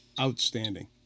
outstanding